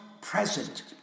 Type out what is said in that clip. present